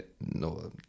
No